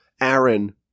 Aaron